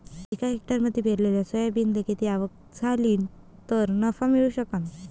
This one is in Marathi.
एका हेक्टरमंदी पेरलेल्या सोयाबीनले किती आवक झाली तं नफा मिळू शकन?